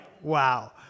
wow